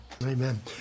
Amen